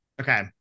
Okay